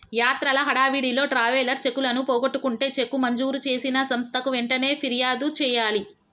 యాత్రల హడావిడిలో ట్రావెలర్స్ చెక్కులను పోగొట్టుకుంటే చెక్కు మంజూరు చేసిన సంస్థకు వెంటనే ఫిర్యాదు చేయాలి